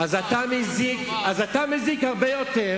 אז אתה מזיק הרבה יותר,